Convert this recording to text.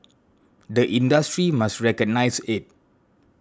the industry must recognise it